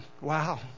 Wow